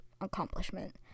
accomplishment